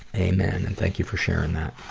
amen, and thank you for sharing that.